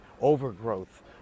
overgrowth